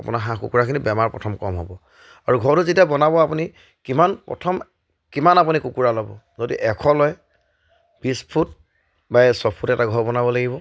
আপোনাৰ হাঁহ কুকুৰাখিনি বেমাৰ প্ৰথম কম হ'ব আৰু ঘৰটো যেতিয়া বনাব আপুনি কিমান প্ৰথম কিমান আপুনি কুকুৰা ল'ব যদি এশ লয় বিছ ফুট বা ছয় ফুট এটা ঘৰ বনাব লাগিব